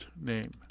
name